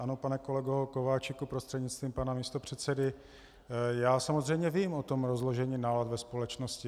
Ano, pane kolego Kováčiku prostřednictvím pana místopředsedy, já samozřejmě vím o tom rozložení nálad ve společnosti.